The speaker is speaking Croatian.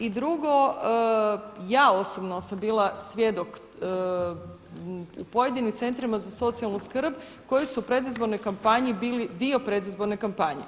I drugo, ja osobno sam bila svjedok u pojedinim centrima za socijalnu skrb koji su u predizbornoj kampanji bili dio predizborne kampanje.